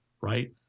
Right